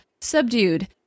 subdued